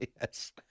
Yes